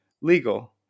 legal